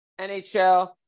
NHL